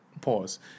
Pause